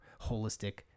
holistic